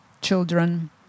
children